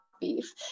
beef